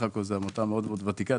כי בסך הכל זו עמותה מאוד-מאוד ותיקה.